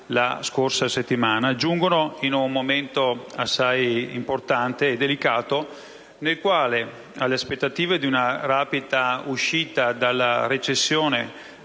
la scorsa settimana, giungono in un momento assai importante e delicato nel quale alle aspettative di una rapida uscita dalla recessione